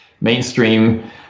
mainstream